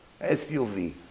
SUV